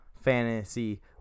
fantasy